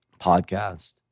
podcast